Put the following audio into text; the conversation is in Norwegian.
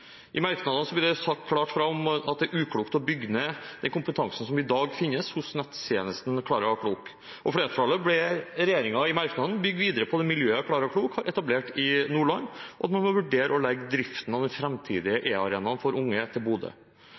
I merknadene blir det sagt klart fra om at det er uklokt å bygge ned den kompetansen som i dag finnes hos nettjenesten Klara Klok. Flertallet ber regjeringen i merknaden bygge videre på det fagmiljøet Klara Klok har etablert i Nordland, og at man må vurdere å legge driften av den framtidige e-arenaen for unge til Bodø.